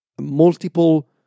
multiple